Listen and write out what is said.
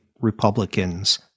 Republicans